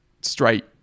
straight